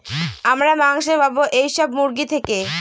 আমরা মাংস পাবো এইসব মুরগি থেকে